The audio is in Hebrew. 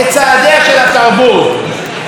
להצר את חופש היצירה.